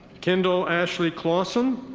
kendall ashley clawson.